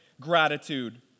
gratitude